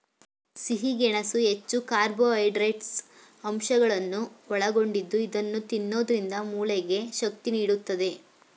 ಸಿಹಿ ಗೆಣಸು ಹೆಚ್ಚು ಕಾರ್ಬೋಹೈಡ್ರೇಟ್ಸ್ ಅಂಶಗಳನ್ನು ಒಳಗೊಂಡಿದ್ದು ಇದನ್ನು ತಿನ್ನೋದ್ರಿಂದ ಮೂಳೆಗೆ ಶಕ್ತಿ ನೀಡುತ್ತದೆ